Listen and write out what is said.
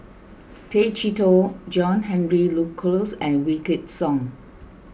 Tay Chee Toh John Henry Duclos and Wykidd Song